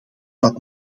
dat